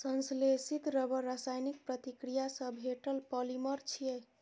संश्लेषित रबड़ रासायनिक प्रतिक्रिया सं भेटल पॉलिमर छियै